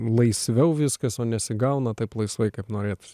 laisviau viskas o nesigauna taip laisvai kaip norėtųs